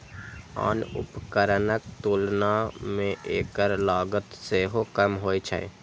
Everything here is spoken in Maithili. आन उपकरणक तुलना मे एकर लागत सेहो कम होइ छै